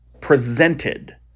Presented